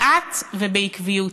לאט ובעקביות